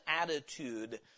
attitude